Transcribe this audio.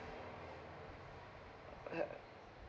uh